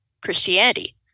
Christianity